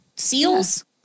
Seals